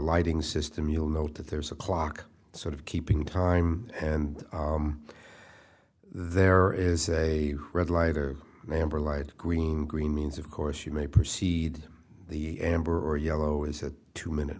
lighting system you'll note that there's a clock sort of keeping time and there is a red light or amber light green green means of course you may proceed the amber or yellow is a two minute